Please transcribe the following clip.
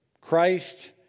Christ